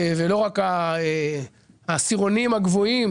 אנחנו רוצים שלא רק העשירונים הגבוהים